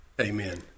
amen